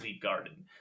garden